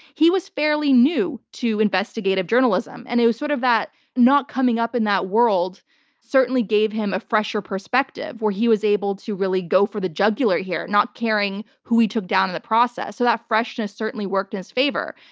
he was fairly new to investigative journalism and it was sort of that not coming up in that world certainly gave him a fresher perspective where he was able to really go for the jugular here, not caring who he took down in the process. so that freshness certainly worked in his favor.